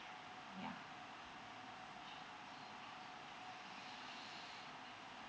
yeah